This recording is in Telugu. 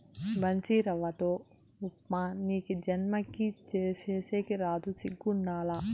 బన్సీరవ్వతో ఉప్మా నీకీ జన్మకి సేసేకి రాదు సిగ్గుండాల